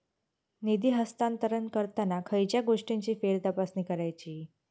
निधी हस्तांतरण करताना खयच्या गोष्टींची फेरतपासणी करायची?